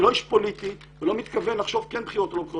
אני לא איש פוליטי ולא מתכוון לחשוב כן בחירות או לא בחירות,